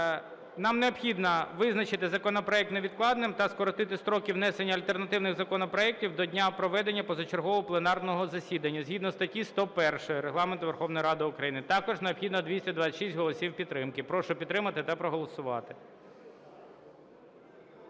нам необхідно визначити законопроект невідкладним та скоротити строки внесення альтернативних законопроектів до дня проведення позачергового пленарного засідання згідно статті 101 Регламенту Верховної Ради України. Також необхідно 226 голосів підтримки. Прошу підтримати та проголосувати.